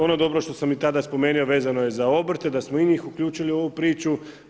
Ono dobro što sam i tada spomenuo vezano je za obrte da smo i njih uključili u ovu priču.